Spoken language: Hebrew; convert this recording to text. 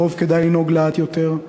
בחורף כדאי לנהוג לאט יותר,